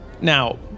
Now